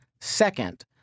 Second